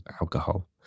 alcohol